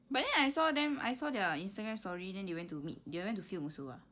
but then I saw them I saw their instagram story then they went to meet they went to film also [what]